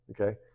okay